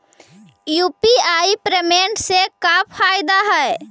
UPI payment से का फायदा है?